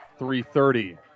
3.30